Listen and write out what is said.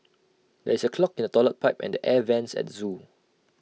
there is A clog in the Toilet Pipe and the air Vents at the Zoo